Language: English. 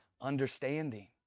understanding